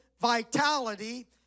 vitality